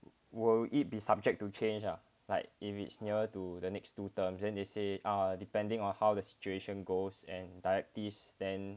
will it be subject to change ah like if it's nearer to the next two terms then they say uh depending on how the situation goes and directives then